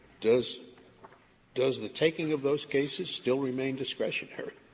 does does the taking of those cases still remain discretionary?